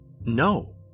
No